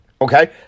Okay